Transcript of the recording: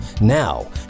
Now